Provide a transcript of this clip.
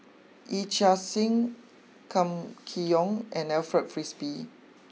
Yee Chia Hsing Kam Kee Yong and Alfred Frisby